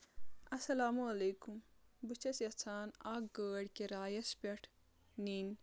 اَلسَلامُ علیکُم بہٕ چھَس یَژھان اَکھ گٲڑۍ کِرایَس پؠٹھ نِنۍ